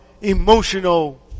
emotional